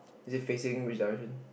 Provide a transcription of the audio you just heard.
is it facing which direction